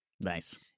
Nice